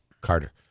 Carter